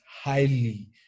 highly